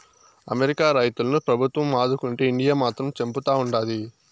America రైతులను ప్రభుత్వం ఆదుకుంటే ఇండియా మాత్రం చంపుతా ఉండాది